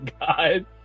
god